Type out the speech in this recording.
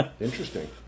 interesting